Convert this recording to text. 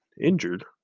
injured